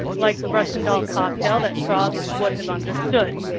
like the russian doll cocktail that traub would have understood.